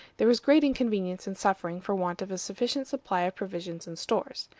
there was great inconvenience and suffering for want of a sufficient supply of provisions and stores.